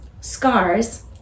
scars